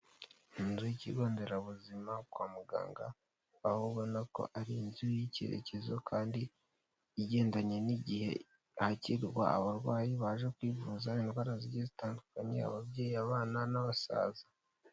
Inzu y'ikigo nderabuzima kwa muganga, aho ubona ko ari inzu y'icyerekezo kandi igendanye n'igihe hakirwa abarwayi baje kwivuza indwara zigiye zitandukanye, ababyeyi abana n'abasaza.